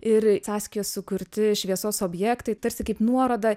ir saskijos sukurti šviesos objektai tarsi kaip nuoroda